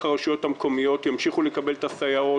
הרשויות המקומיות ימשיכו לקבל את הסייעות,